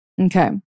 Okay